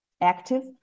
active